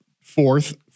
fourth